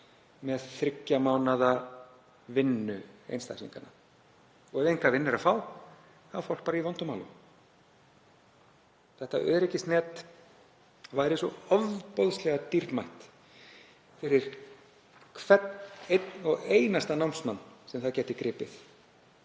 með þriggja mánaða vinnu einstaklinganna. Og ef enga vinnu er að fá er fólk bara í vondum málum. Þetta öryggisnet væri svo ofboðslega dýrmætt fyrir hvern einn og einasta námsmann sem það gæti gripið.